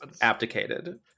abdicated